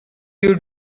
you